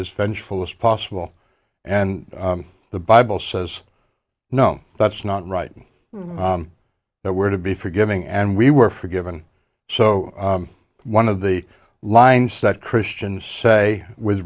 as vengeful as possible and the bible says no that's not right and that we're to be forgiving and we were forgiven so one of the lines that christians say with